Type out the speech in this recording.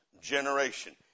generation